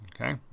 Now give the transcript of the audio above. Okay